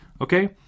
Okay